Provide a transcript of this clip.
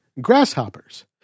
grasshoppers